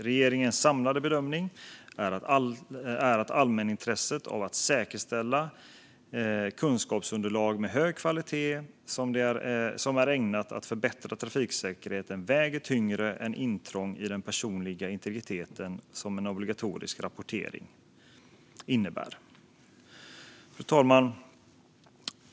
Regeringens samlade bedömning är att allmänintresset av att säkerställa ett kunskapsunderlag med hög kvalitet som är ägnat att förbättra trafiksäkerheten väger tyngre än det intrång i den personliga integriteten som en obligatorisk rapportering innebär. Fru talman!